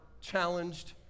challenged